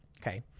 Okay